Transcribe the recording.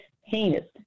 heinous